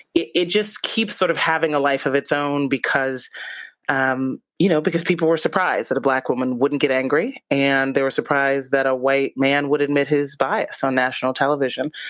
it it just keeps sort of having a life of its own because um you know because people were surprised that a black woman wouldn't get angry. and they were surprise that a white man would admit his bias on national television.